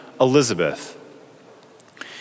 Elizabeth